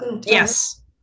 Yes